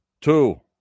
Two